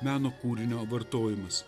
meno kūrinio vartojimas